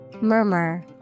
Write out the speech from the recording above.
Murmur